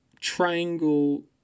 triangle